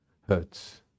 hurts